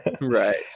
Right